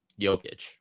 Jokic